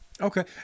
Okay